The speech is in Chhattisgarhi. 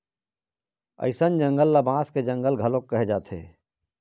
अइसन जंगल ल बांस के जंगल घलोक कहे जाथे